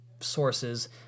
sources